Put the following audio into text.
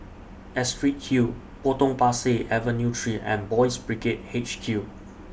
Astrid Hill Potong Pasir Avenue three and Boys' Brigade H Q